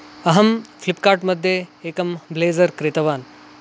अहं फ्लिप्कार्ट् मध्ये एकं ब्लेज़र् क्रीतवान्